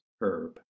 Herb